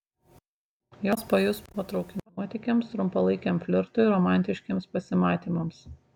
jos pajus potraukį nuotykiams trumpalaikiam flirtui romantiškiems pasimatymams